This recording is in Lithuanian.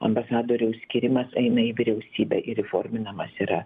ambasadorių skyrimas eina į vyriausybę ir įforminamas yra